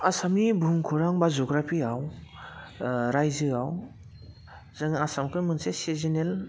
आसामनि भुमखौरां बा जुग्राफियाव रायजोआव जों आसामखो मोनसे सिजिनेल